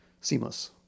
seamless